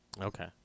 Okay